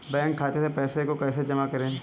Bank खाते से पैसे को कैसे जमा करें?